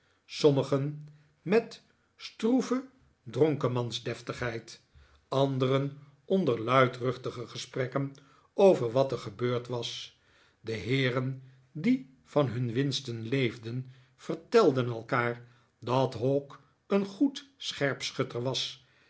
sommigen met stroeve dronkenmansdeftigheid anderen onder luidruchtige gesprekken over wat er gebeurd was de heeren die van hun winsten leefden vertelden elkaar dat hawk een goed scherpschutter was